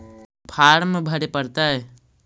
Farm भरे परतय?